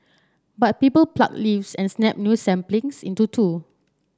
but people pluck leaves and snap new saplings into two